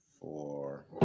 four